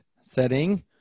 setting